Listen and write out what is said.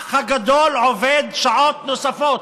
האח הגדול עובד שעות נוספות.